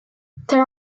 there